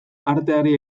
arteari